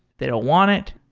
they don't want it.